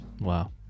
Wow